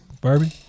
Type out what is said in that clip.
Barbie